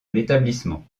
l’établissement